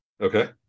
okay